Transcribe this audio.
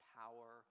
power